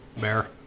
Bear